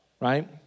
Right